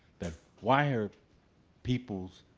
that why are people's